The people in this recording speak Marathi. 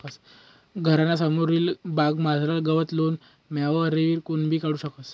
घरना समोरली बागमझारलं गवत लॉन मॉवरवरी कोणीबी काढू शकस